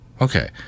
Okay